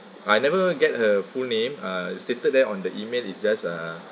I never get her full name uh stated there on the email is just a